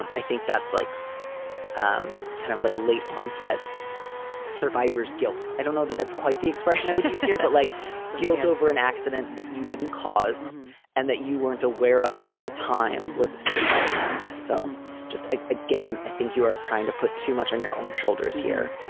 i think that's like um kind of like late onset survivor's guilt. i don't know that that's quite the expression i would use here. but like guilt over an accident that you didn't cause and that you weren't aware of at the time was a suicide attempt. so i'm just ah again, i think you are trying to put too much on your own shoulders here.